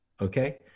Okay